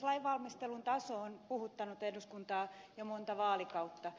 lainvalmistelun taso on puhuttanut eduskuntaa jo monta vaalikautta